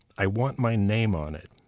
i want my name on it.